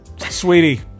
Sweetie